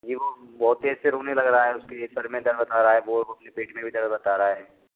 जी वो बहुत तेज से रोने लग रहा है उसके सिर में दर्द बता रहा है वो अपने पेट में भी दर्द बता रहा है